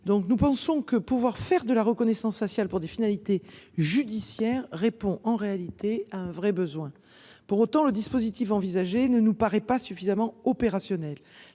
du Gouvernement ? Faire de la reconnaissance faciale pour des finalités judiciaires répond en réalité à un vrai besoin. Pour autant, le dispositif envisagé ne nous paraît pas suffisamment opérationnel.